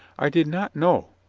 i did not know.